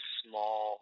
small